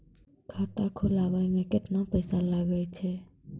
खाता खोलबाबय मे केतना पैसा लगे छै?